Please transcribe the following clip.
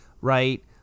right